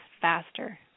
faster